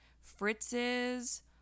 Fritz's